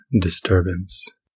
disturbance